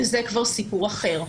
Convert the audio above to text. וזה כבר סיפור אחר.